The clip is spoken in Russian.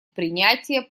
принятие